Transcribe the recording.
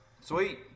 sweet